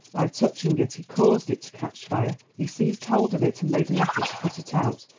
by touching it he caused it to catch fire. he seized hold of it, and made an effort to put it out,